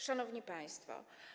Szanowni Państwo!